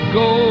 go